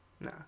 Nah